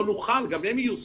גם הם יהיו סגורים.